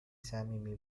صمیمی